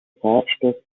farbstoff